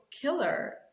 killer